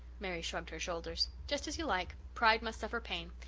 mary shrugged her shoulders. just as you like. pride must suffer pain.